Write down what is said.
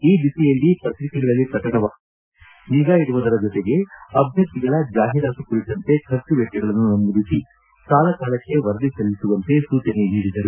ಈ ದಿಸೆಯಲ್ಲಿ ಪ್ರತಿಕೆಗಳಲ್ಲಿ ಪ್ರಕಟವಾಗುವ ಸುದ್ದಿಗಳ ಮೇಲೆ ನಿಗಾ ಇಡುವ ಜೊತೆಗೆ ಅಭ್ಯರ್ಥಿಗಳ ಜಾಹೀರಾತು ಕುರಿತಂತೆ ಖರ್ಚು ವೆಚ್ಚಗಳನ್ನು ನಮೂದಿಸಿ ಕಾಲ ಕಾಲಕ್ಕೆ ವರದಿ ಸಲ್ಲಿಸುವಂತೆ ಸೂಚನೆ ನೀಡಿದರು